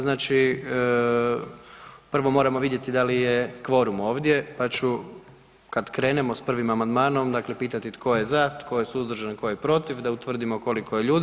Znači, prvo moramo vidjeti da li je kvorum ovdje, pa ću kad krenemo s prvim amandmanom dakle pitati tko je za, tko je suzdržan, tko je protiv, da utvrdimo koliko je ljudi.